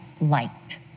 liked